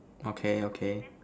okay okay